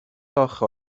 آخه